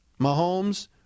Mahomes